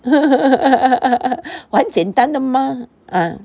很简单的 mah